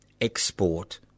export